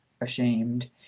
ashamed